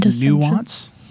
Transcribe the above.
Nuance